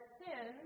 sin